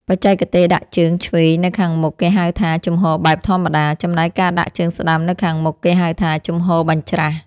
បច្ចេកទេសដាក់ជើងឆ្វេងនៅខាងមុខគេហៅថា ជំហរបែបធម្មតា ចំណែកការដាក់ជើងស្ដាំនៅខាងមុខគេហៅថា ជំហរបញ្ច្រាស។